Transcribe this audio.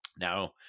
now